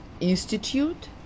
institute